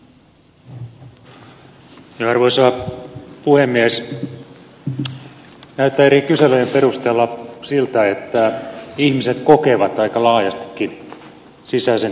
näyttää eri kyselyjen perusteella siltä että ihmiset kokevat aika laajastikin sisäisen turvallisuuden heikentyneen